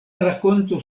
rakonto